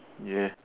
ya